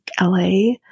LA